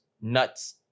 nuts